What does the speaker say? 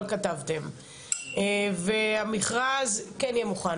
אבל כתבתם והמכרז כן יהיה מוכן.